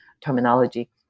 terminology